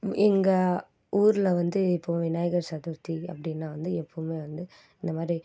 எங்கள் ஊரில் வந்து இப்போது விநாயகர் சதுர்த்தி அப்படின்னா வந்து எப்போவுமே வந்து இந்த மாதிரி